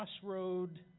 Crossroad